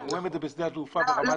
אנחנו רואים את זה בשדה התעופה ברמת דוד,